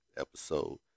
episode